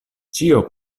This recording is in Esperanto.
ĉio